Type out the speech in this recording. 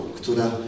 która